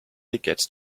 tickets